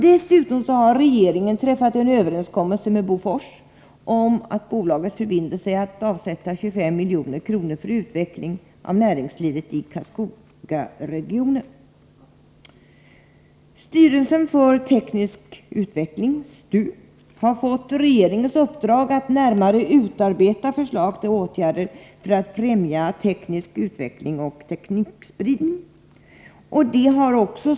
Dessutom har regeringen träffat en överenskommelse med Bofors om att bolaget förbinder sig att avsätta 25 milj.kr. för utveckling av näringslivet i Karlskogaregionen. Styrelsen för teknisk utveckling, STU, har fått regeringens uppdrag att närmare utarbeta förslag till åtgärder för att främja teknisk utveckling och teknikspridning.